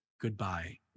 Goodbye